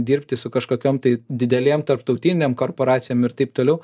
dirbti su kažkokiom tai didelėm tarptautinėm korporacijom ir taip toliau